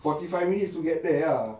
forty five minutes to get there ah